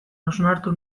hausnatu